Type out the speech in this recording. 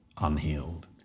unhealed